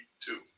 two